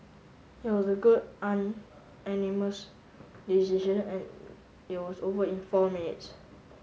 it was a good unanimous decision and it was over in four minutes